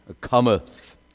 cometh